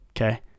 okay